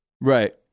Right